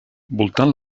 voltant